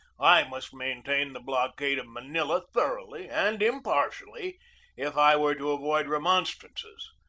i must maintain the block ade of manila thoroughly and impartially if i were to avoid remonstrances.